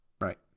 Right